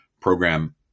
program